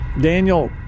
Daniel